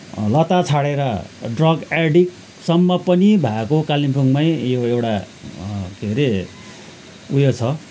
लता छाडेर ड्रग एडिक्टसम्म पनि भएको कालिम्पोङमै यो एउटा के अरे ऊ यो छ